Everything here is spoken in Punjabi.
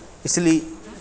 ਇਸ ਲਈ